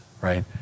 right